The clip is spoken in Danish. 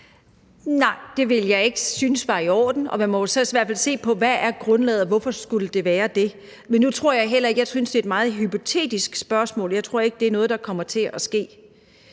Nej, det ville jeg ikke synes var i orden, og man må i hvert fald så også se på, hvad grundlaget er for, hvorfor det skulle være det. Men jeg synes, at det er et meget hypotetisk spørgsmål. Jeg tror ikke, det er noget, der kommer til at ske.